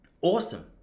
awesome